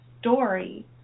story